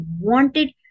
wanted